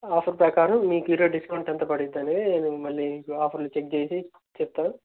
offer ప్రకారం మీకీరోజు discount ఎంత పడుద్దనీ మేము మళ్ళీ ఆఫర్లు చెక్ చేసి చెప్తాం